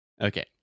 Okay